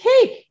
cake